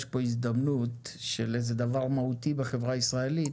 יש פה הזדמנות של דבר מהותי בחברה הישראלית